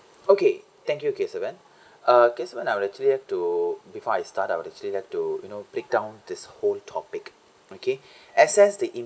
okay thank you kesavan(uh) kesavan I would actually have to before I start I would actually like to you know pick down this whole topic okay access the in